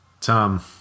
Tom